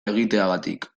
egiteagatik